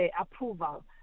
approval